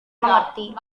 mengerti